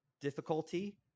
difficulty